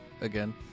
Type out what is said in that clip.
again